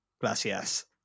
gracias